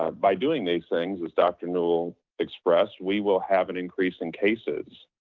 by doing these things, as dr. newel express, we will have an increase in cases.